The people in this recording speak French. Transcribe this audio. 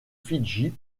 fidji